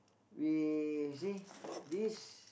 we you see this